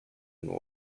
and